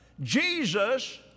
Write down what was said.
Jesus